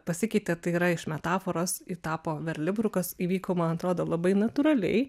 pasikeitė tai yra iš metaforos ji tapo verlibru kas įvyko man atrodo labai natūraliai